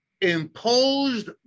imposed